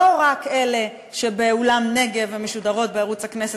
לא רק אלה שבאולם "נגב"; משודרות בערוץ הכנסת,